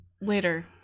later